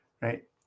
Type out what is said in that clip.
right